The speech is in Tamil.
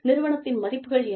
நிறுவனத்தின் மதிப்புகள் என்ன